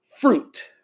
fruit